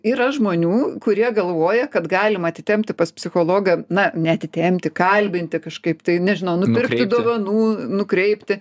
yra žmonių kurie galvoja kad galima atitempti pas psichologą na ne atitempti kalbinti kažkaip tai nežinau nupirkti dovanų nukreipti